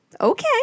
okay